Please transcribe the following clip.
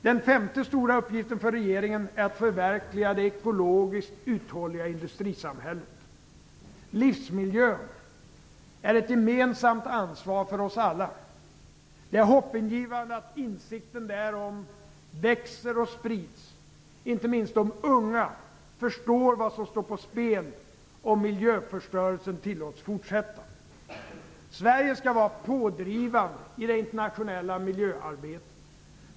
Den femte stora uppgiften för regeringen är att förverkliga det ekologiskt uthålliga industrisamhället. Livsmiljön är ett gemensamt ansvar för oss alla. Det är hoppingivande att insikten därom växer och sprids. Inte minst de unga förstår vad som står på spel om miljöförstörelsen tillåts fortsätta. Sverige skall vara pådrivande i det internationella miljöarbetet.